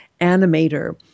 animator